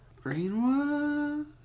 Greenwood